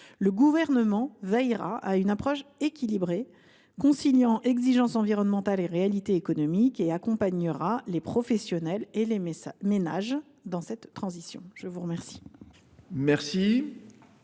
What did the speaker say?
Le Gouvernement veillera à mettre en œuvre une approche équilibrée, conciliant exigences environnementales et réalités économiques, et accompagnera les professionnels et les ménages dans cette transition. La parole est à M.